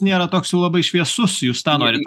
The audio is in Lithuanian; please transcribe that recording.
nėra toks jau labai šviesus jūs tą norit